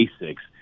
basics